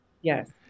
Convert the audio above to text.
Yes